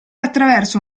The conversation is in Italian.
attraverso